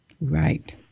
Right